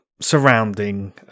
surrounding